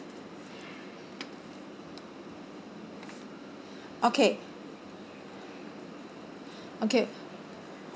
okay okay